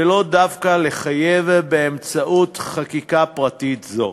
ולא דווקא לחייב בו באמצעות חקיקה פרטית זו.